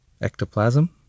ectoplasm